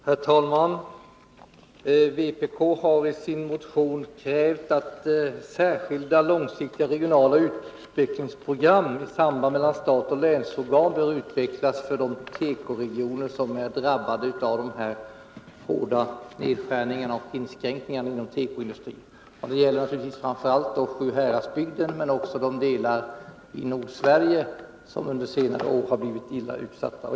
Herr talman! Vpk har i sin motion 1494 krävt att särskilda, långsiktiga regionala utvecklingsprogram utvecklas i samarbete mellan staten och länsorganen för de tekoregioner som är drabbade av de hårda nedskärning arna och inskränkningarna inom tekoindustrin. Det gäller framför allt Sjuhäradsbygden men också stora delar i Nordsverige som under senare år blivit illa utsatta.